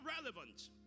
relevant